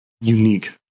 unique